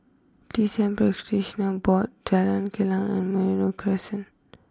T C M Practitioner Board Jalan Kilang and Merino Crescent